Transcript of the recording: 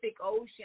Ocean